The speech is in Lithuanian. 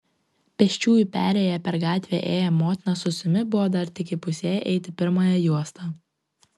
pėsčiųjų perėja per gatvę ėję motina su sūnumi buvo dar tik įpusėję eiti pirmąja juosta